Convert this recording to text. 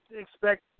expect